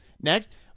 Next